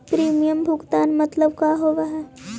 Premium भुगतान मतलब का होव हइ?